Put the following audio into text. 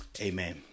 Amen